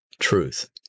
truth